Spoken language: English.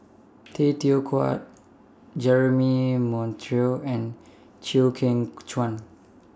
Tay Teow Kiat Jeremy Monteiro and Chew Kheng Chuan